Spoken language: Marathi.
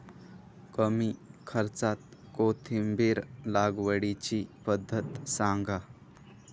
कमी खर्च्यात कोथिंबिर लागवडीची पद्धत सांगा